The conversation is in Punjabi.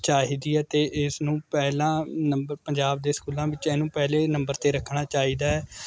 ਚਾਹੀਦੀ ਹੈ ਅਤੇ ਇਸ ਨੂੰ ਪਹਿਲਾ ਨੰਬਰ ਪੰਜਾਬ ਦੇ ਸਕੂਲਾਂ ਵਿੱਚ ਇਹਨੂੰ ਪਹਿਲੇ ਨੰਬਰ 'ਤੇ ਰੱਖਣਾ ਚਾਹੀਦਾ